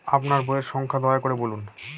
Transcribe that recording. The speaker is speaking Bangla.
আপনার বইয়ের সংখ্যা দয়া করে বলুন?